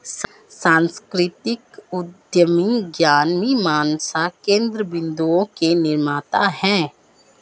सांस्कृतिक उद्यमी ज्ञान मीमांसा केन्द्र बिन्दुओं के निर्माता हैं